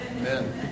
Amen